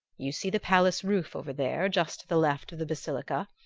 you see the palace roof over there, just to the left of the basilica?